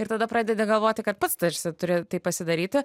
ir tada pradedi galvoti kad pats tarsi turi pasidaryti